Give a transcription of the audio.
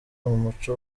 muco